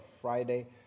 Friday